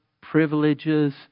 privileges